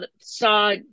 saw